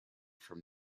from